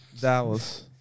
Dallas